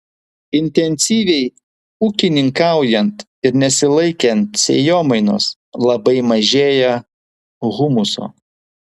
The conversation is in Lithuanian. intensyviai ūkininkaujant ir nesilaikant sėjomainos labai mažėja humuso